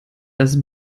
das